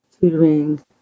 tutoring